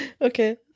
Okay